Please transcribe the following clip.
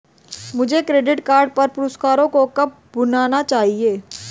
मुझे credit card पर पुरस्कारों को कब भुनाना चाहिए?